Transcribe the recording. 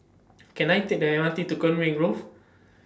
Can I Take The M R T to Conway Grove